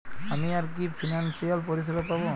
আমি আর কি কি ফিনান্সসিয়াল পরিষেবা পাব?